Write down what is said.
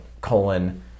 colon